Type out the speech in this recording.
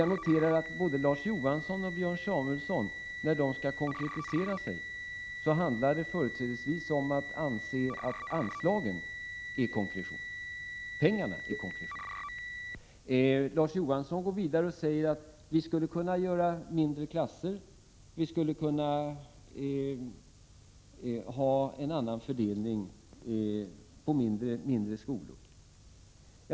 Jag noterar att när Larz Johansson och Björn Samuelson skall konkretisera sig handlar det företrädesvis om att anse att anslagen, pengarna, är konkretion. Larz Johansson går vidare och säger att vi skulle kunna göra mindre klasser och ha en annan fördelning och mindre skolor.